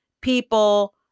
people